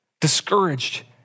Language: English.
discouraged